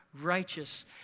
righteous